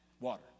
water